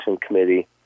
committee